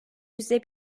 yüzde